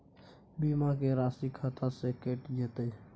बीमा के राशि खाता से कैट जेतै?